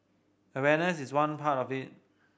awareness is one part of it